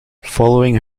following